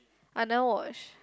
I never watch